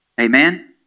amen